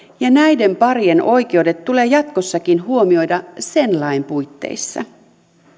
ja näiden parien oikeudet tulee jatkossakin huomioida sen lain puitteissa